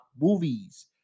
movies